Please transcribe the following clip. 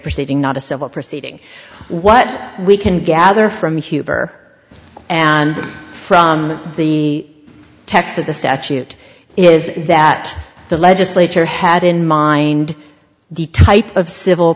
perceiving not a civil proceeding what we can gather from huber and from the text of the statute is that the legislature had in mind the type of civil